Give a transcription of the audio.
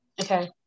Okay